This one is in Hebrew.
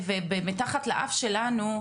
מתחת לאף שלנו,